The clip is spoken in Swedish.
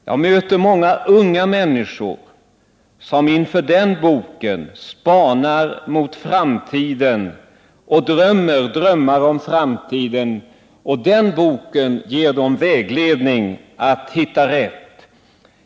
Jag möter många unga människor som spanar mot framtiden och drömmer om den. Och Bibeln ger dem vägledning och hjälp att hitta rätt.